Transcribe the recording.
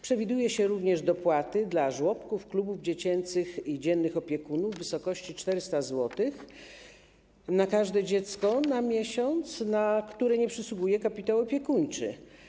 Przewiduje się również dopłaty dla żłobków, klubów dziecięcych i dziennych opiekunów w wysokości 400 zł na każde dziecko na miesiąc, na które nie przysługuje kapitał opiekuńczy.